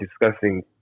discussing